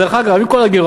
דרך אגב, עם כל הגירעון,